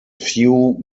few